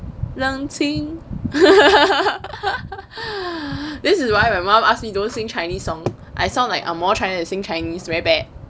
冷清 this is why my mum ask me don't sing chinese song I sound like ang moh trying to sing chinese chinese very bad